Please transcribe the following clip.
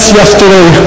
yesterday